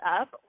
up